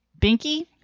Binky